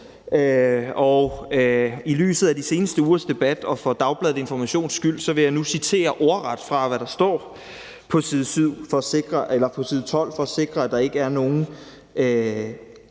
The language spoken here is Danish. og i lyset af de seneste ugers debat og for Dagbladet Informations skyld vil jeg nu citere ordret fra, hvad der står på side 12, for at sikre, at der ikke er nogen